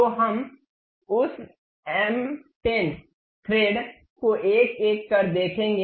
तो हम उस एम 10 थ्रेड को एक एक कर देखेंगे